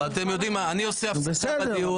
אני אעשה הפסקה בדיון.